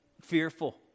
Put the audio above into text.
fearful